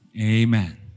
Amen